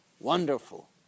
Wonderful